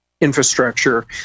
infrastructure